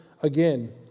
again